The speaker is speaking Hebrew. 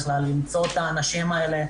בכלל למצוא את האנשים האלה,